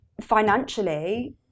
Financially